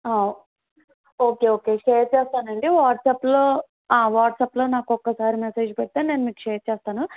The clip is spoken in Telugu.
ఓకే ఓకే షేర్ చేస్తానండి వాట్సాప్లో వాట్సాప్లో నాకొక్కసారి మెసెజ్ పెడితే నేను మీకు షేర్ చేస్తాను